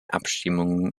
abstimmungen